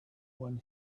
when